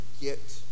get